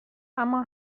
اما